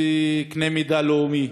בקנה מידה לאומי,